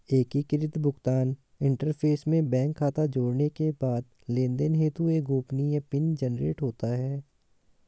एकीकृत भुगतान इंटरफ़ेस में बैंक खाता जोड़ने के बाद लेनदेन हेतु एक गोपनीय पिन जनरेट होता है